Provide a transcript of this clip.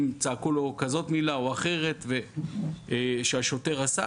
אם צעקו לו כזאת מילה או אחרת והשוטר עשה,